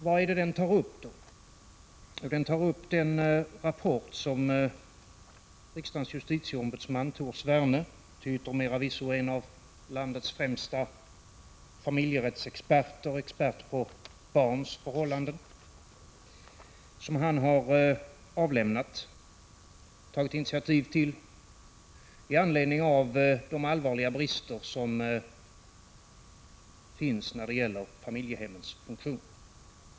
Vad är det då som tas upp i motionen? Jo, där nämns den rapport som justitieombudsman Tor Sverne - till yttermera visso en av landets främsta familjerättsexperter och även expert på barns förhållanden — har tagit initiativ till och även avlämnat med anledning av de allvarliga brister som finns när det gäller familjehemmens funktion.